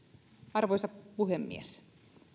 arvoisa puhemies